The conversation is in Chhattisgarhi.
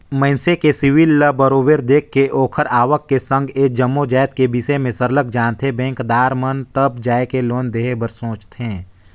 मइनसे के सिविल ल बरोबर देख के ओखर आवक के संघ ए जम्मो जाएत के बिसे में सरलग जानथें बेंकदार मन तब जाएके लोन देहे बर सोंचथे